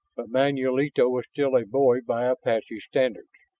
but manulito was still a boy by apache standards.